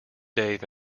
dave